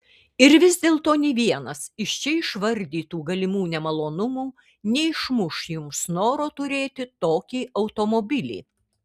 ir vis dėlto nė vienas iš čia išvardytų galimų nemalonumų neišmuš jums noro turėti tokį automobilį